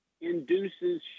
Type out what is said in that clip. induces